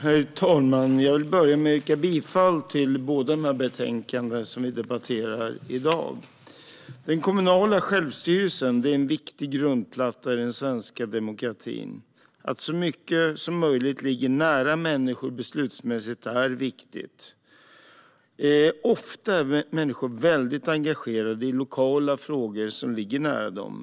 Herr talman! Jag vill börja med att yrka bifall till förslagen i båda de betänkanden som vi debatterar i dag. Den kommunala självstyrelsen är en viktig grundplatta i den svenska demokratin. Att så mycket som möjligt ligger nära människor beslutsmässigt är viktigt. Ofta är människor väldigt engagerade i lokala frågor som ligger nära dem.